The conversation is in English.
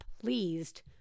pleased